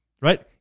right